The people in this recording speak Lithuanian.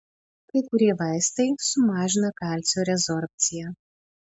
kai kurie vaistai sumažina kalcio rezorbciją